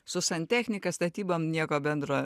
su santechnika statybom nieko bendro